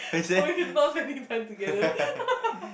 why you not spending time together